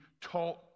taught